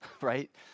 right